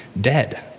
dead